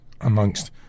amongst